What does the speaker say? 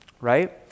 Right